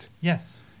Yes